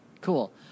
Cool